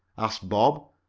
asked bob.